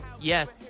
Yes